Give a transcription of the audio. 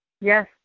Yes